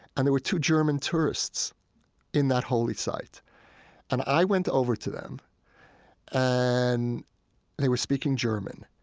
and there were two german tourists in that holy site and i went over to them and they were speaking german.